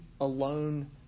alone